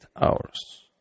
hours